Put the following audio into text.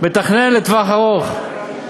הוא מתכנן לטווח ארוך.